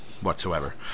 whatsoever